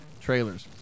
trailers